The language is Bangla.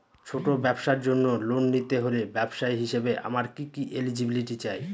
ছোট ব্যবসার জন্য লোন নিতে হলে ব্যবসায়ী হিসেবে আমার কি কি এলিজিবিলিটি চাই?